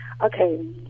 Okay